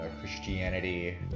Christianity